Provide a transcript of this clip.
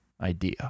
idea